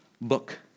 book